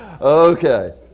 Okay